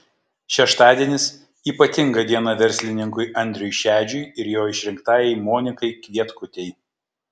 šeštadienis ypatinga diena verslininkui andriui šedžiui ir jo išrinktajai monikai kvietkutei